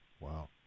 Wow